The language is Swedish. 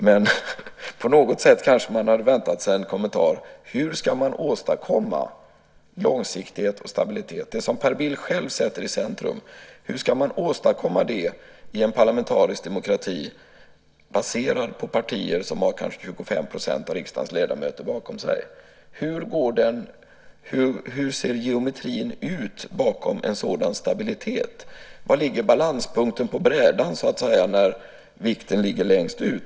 Men på något sätt kanske man hade väntat sig en kommentar om hur man ska åstadkomma långsiktighet och stabilitet - det som Per Bill själv sätter i centrum - i en parlamentarisk demokrati baserad på partier som kanske har 25 % av riksdagens ledamöter bakom sig? Hur ser geometrin ut bakom en sådan stabilitet? Var ligger balanspunkten på brädan när vikten ligger längst ut?